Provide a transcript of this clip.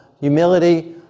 humility